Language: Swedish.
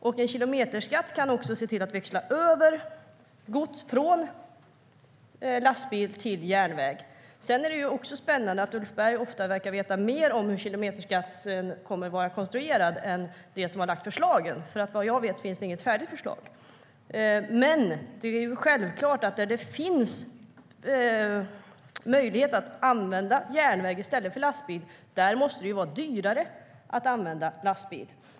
Med en kilometerskatt kan vi också se till att växla över gods från lastbil till järnväg. Där det finns möjlighet att använda järnväg i stället för lastbil måste det självklart vara dyrare att använda lastbil.